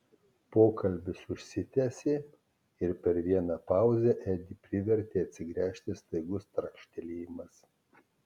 pokalbis užsitęsė ir per vieną pauzę edį privertė atsigręžti staigus trakštelėjimas